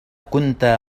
كنت